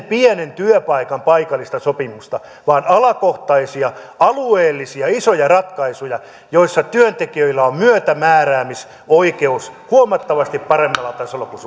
pienen työpaikan paikallista sopimista vaan alakohtaisia alueellisia isoja ratkaisuja joissa työntekijöillä on myötämääräämisoikeus huomattavasti paremmalla tasolla kuin